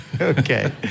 Okay